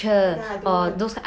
ya I don't want